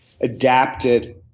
adapted